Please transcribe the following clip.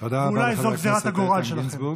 תודה רבה לחבר הכנסת איתן גינזבורג.